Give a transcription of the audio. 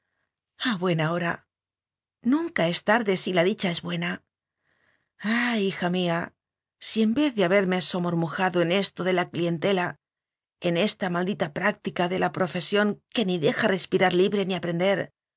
conocer a buena hora nunca es tarde si la dicha es buena ay hija mía si en vez de haberme so mormujado en esto de la clientela en esta maldita práctica de la profesión que ni deja respirar libre ni aprender